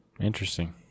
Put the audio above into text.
interesting